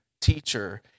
teacher